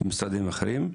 את המשרדים האחרים.